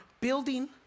building